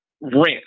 rent